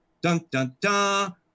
dun-dun-dun